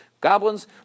goblins